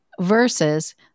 versus